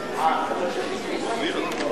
התוכנית הכלכלית לשנים 2009 ו-2010) (תיקון מס' 7),